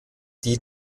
die